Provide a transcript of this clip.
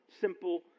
simple